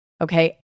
okay